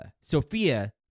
Sophia